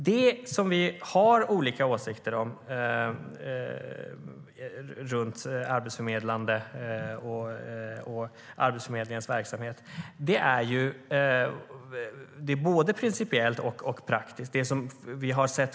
Det vi har olika åsikter om i fråga om arbetsförmedlande och Arbetsförmedlingens verksamhet handlar om både principiella frågor och praktiska frågor.